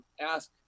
ask